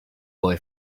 boy